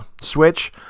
switch